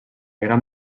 gran